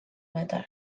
medal